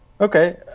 Okay